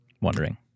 wondering